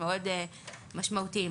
מאוד משמעותיים.